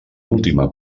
última